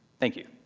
thank you.